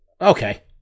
Okay